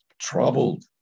troubled